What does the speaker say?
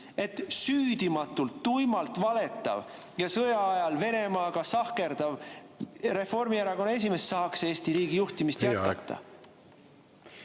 Süüdimatult ja tuimalt valetav ja sõjaajal Venemaaga sahkerdav Reformierakonna esimees ei saa Eesti riigi juhtimist jätkata.